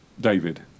David